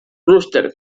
roster